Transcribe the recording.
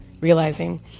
realizing